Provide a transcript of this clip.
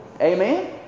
Amen